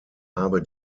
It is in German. habe